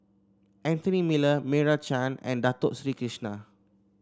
Anthony Miller Meira Chand and Dato Sri Krishna